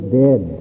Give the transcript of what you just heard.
dead